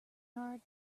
hard